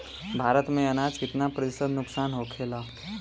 भारत में अनाज कितना प्रतिशत नुकसान होखेला?